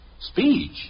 Speech